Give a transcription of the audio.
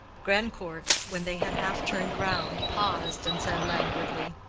grandcourt, when they had half turned round, paused and said languidly,